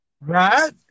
Right